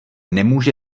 nemůže